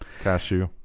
Cashew